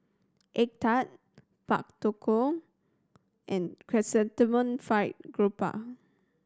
egg tart Pak Thong Ko and Chrysanthemum Fried Garoupa